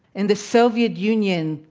in the soviet union,